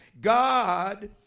God